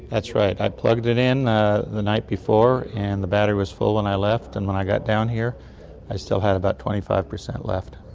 that's right. i plugged it in the the night before and the battery was full when i left, and when i got down here i still had about twenty five percent left.